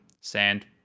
Sand